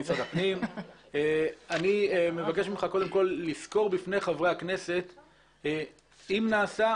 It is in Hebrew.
אני מבקש ממך קודם כל לסקור בפני חברי הכנסת אם נעשה,